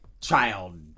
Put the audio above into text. child